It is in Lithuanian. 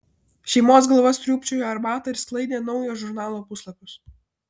šeimos galva sriūbčiojo arbatą ir sklaidė naujo žurnalo puslapius